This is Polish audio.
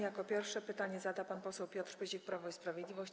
Jako pierwszy pytanie zada pan poseł Piotr Pyzik, Prawo i Sprawiedliwość.